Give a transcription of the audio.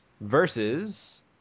versus